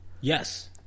Yes